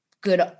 good